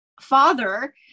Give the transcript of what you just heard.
father